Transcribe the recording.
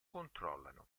controllano